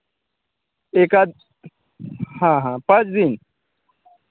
एक आध हाँ हाँ पाँच दिन